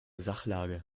sachlage